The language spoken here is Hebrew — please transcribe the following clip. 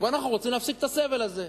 ואנחנו רוצים להפסיק את הסבל הזה.